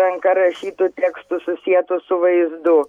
ranka rašytu tekstu susietu su vaizdu